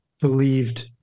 believed